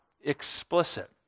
explicit